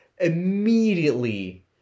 immediately